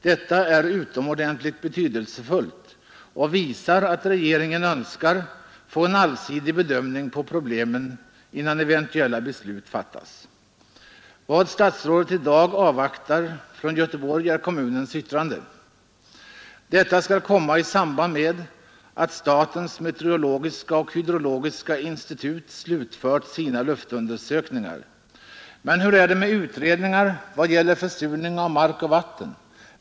Detta är utomordentligt betydelsefullt och visar att regeringen önskar få en allsidig bedömning av problemen innan beslut fattas. Vad statsrådet i dag avvaktar från Göteborg är kommunens yttrande. Detta skall komma i samband med att statens meteorologiska och hydrologiska institut slutfört sina luftundersökningar. Men hur är det med utredningar vad gäller försurning av mark och vatten?